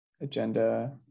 agenda